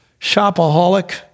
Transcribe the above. shopaholic